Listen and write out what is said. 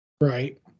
right